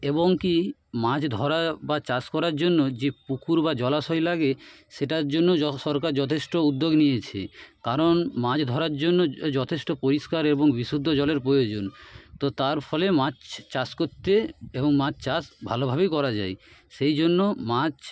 এবং কি মাছ ধরা বা চাষ করার জন্য যে পুকুর বা জলাশয় লাগে সেটার জন্যও সরকার যথেষ্ট উদ্যোগ নিয়েছে কারণ মাছ ধরার জন্য য যথেষ্ট পরিষ্কার এবং বিশুদ্ধ জলের প্রয়োজন তো তার ফলে মাছ চাষ করতে এবং মাছ চাষ ভালোভাবেই করা যায় সেই জন্য মাছ